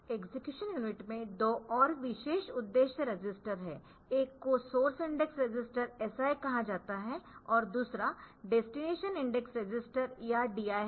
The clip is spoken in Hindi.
एक्सेक्यूशन यूनिट में 2 और विशेष उद्देश्य रजिस्टर है एक को सोर्स इंडेक्स रजिस्टर SI कहा जाता है और दूसरा डेस्टिनेशन इंडेक्स रजिस्टर या DI है